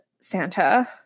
Santa